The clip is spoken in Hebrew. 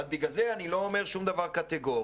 לכן אני לא אומר שום דבר קטיגורי.